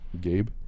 Gabe